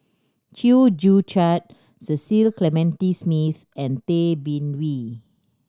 Chew Joo Chiat Cecil Clementi Smith and Tay Bin Wee